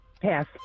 Pass